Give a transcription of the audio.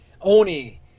Oni